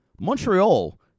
Montreal